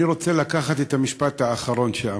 אני רוצה לקחת את המשפט האחרון שלך.